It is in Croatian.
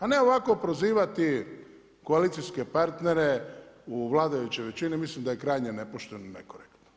A ne ovako prozivati, koalicijske partnere u vladajućoj većini, mislim da je krajnje nepošteno i nekorektno.